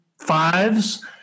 Fives